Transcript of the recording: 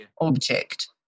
object